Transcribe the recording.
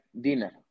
dinner